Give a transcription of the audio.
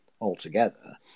altogether